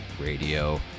radio